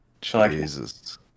Jesus